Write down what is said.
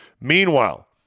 Meanwhile